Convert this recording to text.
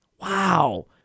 Wow